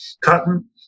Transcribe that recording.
Cotton